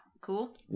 Cool